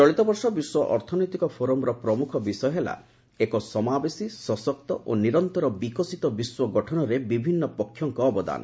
ଚଳିତବର୍ଷ ବିଶ୍ୱ ଅର୍ଥନୈତିକ ଫୋରମର ପ୍ରମୁଖ ବିଷୟ ହେଲା ଏକ ସମାବେଶୀ ସଶକ୍ତ ଓ ନିରନ୍ତର ବିକଶିତ ବିଶ୍ୱ ଗଠନରେ ବିଭିନ୍ନ ପକ୍ଷଙ୍କ ଅବଦାନ